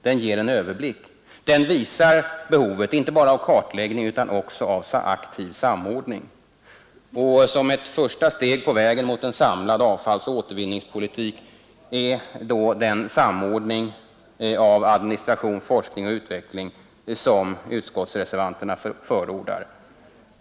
Den ger en överblick — den visar behovet inte bara av kartläggning utan också av aktiv samordning. Första steget på vägen mot en samlad avfallsoch återvinningspolitik är då den samordning av administration, forskning och utveckling som utskottsreservanterna förordar.